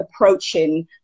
approaching